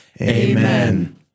Amen